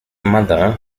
mother